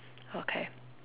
okay